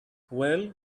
well